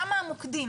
שמה המוקדים,